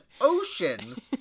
ocean